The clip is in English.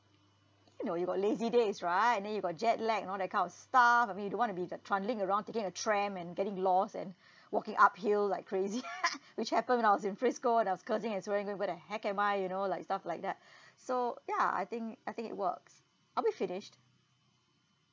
you know you got lazy days right and then you got jet lag and all that kind of stuff I mean you don't want to be the trundling around taking a tram and getting lost and walking uphill like crazy which happened when I was in frisco and I was cursing and swearing where where the heck am I you know like stuff like that so ya I think I think it works are we finished